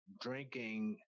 drinking